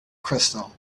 crystal